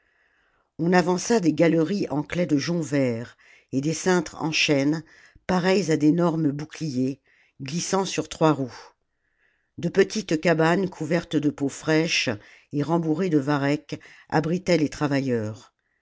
on avança des galeries en claies de joncs verts et des cintres en chêne pareils à d'énormes bouchers ghssant sur trois roues de petites cabanes couvertes de peaux fraîches et rembourrées de varech abritaient les travailleurs